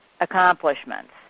accomplishments